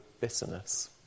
bitterness